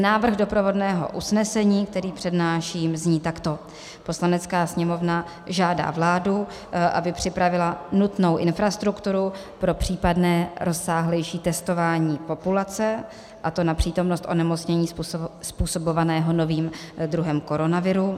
Návrh doprovodného usnesení, který přednáším, zní takto: Poslanecká sněmovna žádá vládu, aby připravila nutnou infrastrukturu pro případné rozsáhlejší testování populace, a to na přítomnost onemocnění způsobovaného novým druhem koronaviru.